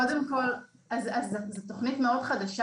אז קודם כל זו תוכנית מאוד חדשה.